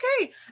okay